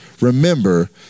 remember